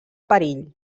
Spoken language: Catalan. perill